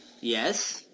Yes